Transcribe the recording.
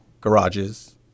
garages